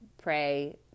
pray